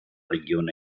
region